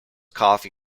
coffee